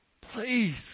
please